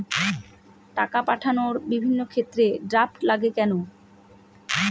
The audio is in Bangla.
টাকা পাঠানোর বিভিন্ন ক্ষেত্রে ড্রাফট লাগে কেন?